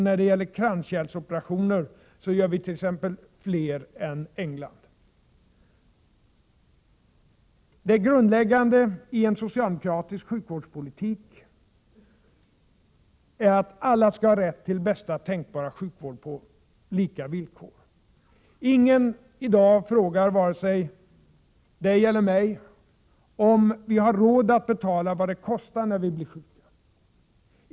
När det gäller kranskärlsoperationer gör vi fler än t.ex. England. Det grundläggande i socialdemokratisk sjukvårdspolitik är att alla skall ha rätt till bästa tänkbara sjukvård på lika villkor. Ingen frågar i dag, vare sig dig eller mig, om vi har råd att betala vad det kostar när vi blir sjuka.